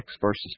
verses